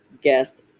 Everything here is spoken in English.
guest